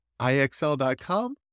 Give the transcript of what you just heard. IXL.com